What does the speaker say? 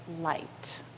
light